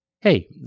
hey